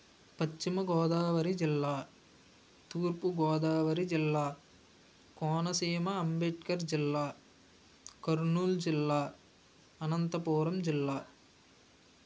పశ్చిమగోదావరి జిల్లా తూర్పుగోదావరి జిల్లా కోనసీమ అంబేద్కర్ జిల్లా కర్నూల్ జిల్లా అనంతపురం జిల్లా